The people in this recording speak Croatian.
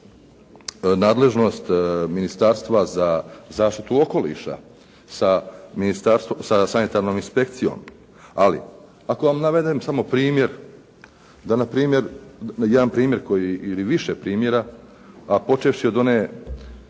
nadležnost Ministarstva za zaštitu okoliša sa sanitarnom inspekcijom, ali ako vam navedem samo primjer, jedan primjer ili više primjera, a počevši od onog